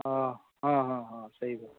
हँ हँ हँ हँ सही बात